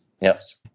Yes